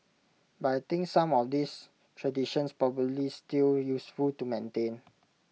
but I think some of these traditions probably still useful to maintain